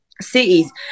cities